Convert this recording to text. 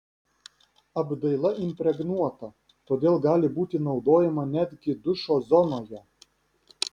apdaila impregnuota todėl gali būti naudojama netgi dušo zonoje